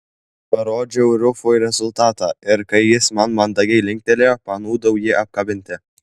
parodžiau rufui rezultatą ir kai jis man mandagiai linktelėjo panūdau jį apkabinti